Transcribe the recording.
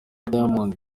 diamond